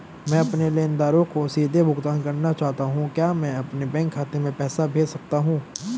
मैं अपने लेनदारों को सीधे भुगतान करना चाहता हूँ क्या मैं अपने बैंक खाते में पैसा भेज सकता हूँ?